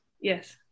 yes